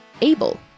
Abel